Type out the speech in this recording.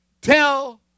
tell